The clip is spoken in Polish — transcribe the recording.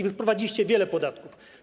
Wy wprowadziliście wiele podatków.